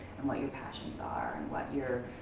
and what your passions are, and what your,